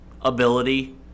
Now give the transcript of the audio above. ability